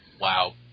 Wow